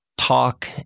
talk